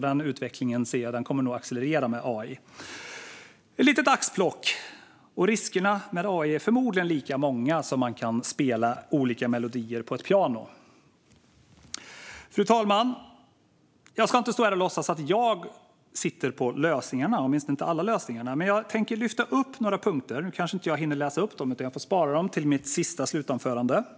Denna utveckling kommer, som jag ser det, att accelerera med AI. Detta är ett litet axplock; riskerna med AI är förmodligen lika stora som antalet olika melodier man kan spela på ett piano. Fru talman! Jag ska inte stå här och låtsas att jag sitter på lösningarna, åtminstone inte alla lösningar. Men jag tänker lyfta fram några punkter. Jag kanske inte hinner läsa upp alla, utan jag får spara några till mitt sista inlägg.